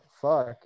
Fuck